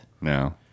No